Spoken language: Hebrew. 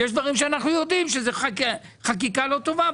יש דברים שאנחנו יודעים שזו חקיקה לא טובה,